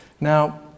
Now